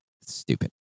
stupid